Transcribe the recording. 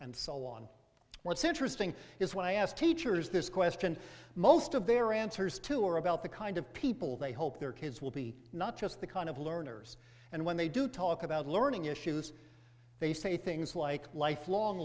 and so on what's interesting is when i asked teachers this question most of their answers to or about the kind of people they hope their kids will be not just the kind of learners and when they do talk about learning issues they say things like lifelong